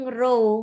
row